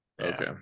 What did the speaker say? okay